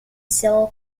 sylvia